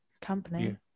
company